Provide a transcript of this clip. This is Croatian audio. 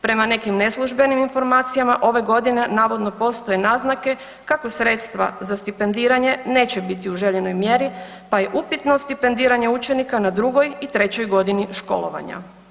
Prema nekim neslužbenim informacijama, ove godine navodno postoje naznake kako sredstva za stipendiranje neće biti u željenoj mjeri pa je upitno stipendiranje učenika na drugoj i trećoj godini školovanja.